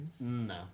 No